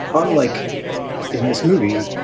unlike in this movie,